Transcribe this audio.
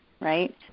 right